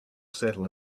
settle